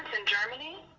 in germany.